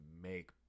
make